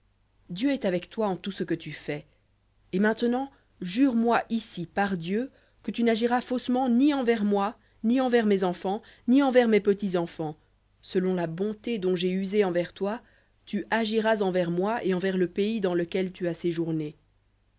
dieu est avec toi en tout ce que tu fais et maintenant jure-moi ici par dieu que tu n'agiras faussement ni envers moi ni envers mes enfants ni envers mes petits-enfants selon la bonté dont j'ai usé envers toi tu agiras envers moi et envers le pays dans lequel tu as